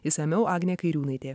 išsamiau agnė kairiūnaitė